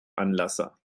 anlasser